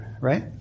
right